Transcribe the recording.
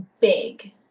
big